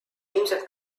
ilmselt